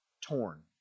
torn